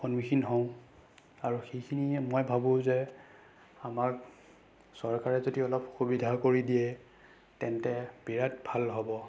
সন্মুখীন হওঁ আৰু সেইখিনিয়ে মই ভাবোঁ যে আমাক চৰকাৰে যদি অলপ সুবিধা কৰি দিয়ে তেন্তে বিৰাট ভাল হ'ব